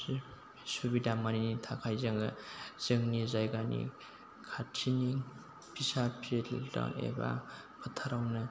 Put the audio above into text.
सुबिदा मोनैनि थाखाय जोङो जोंनि जायगानि खाथिनि फिसा फिल्ड दं एबा फोथारावनो